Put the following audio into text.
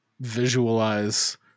visualize